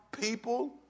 people